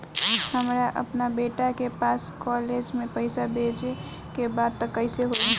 हमरा अपना बेटा के पास कॉलेज में पइसा बेजे के बा त कइसे होई?